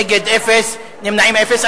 נגד, אפס, נמנעים, אפס.